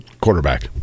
quarterback